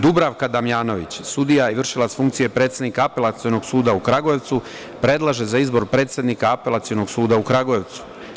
Dubravka Damjanović, sudija i vršilac funkcije predsednika Apelacionog suda u Kragujevcu, predlaže za izbor predsednika Apelacionog suda u Kragujevcu.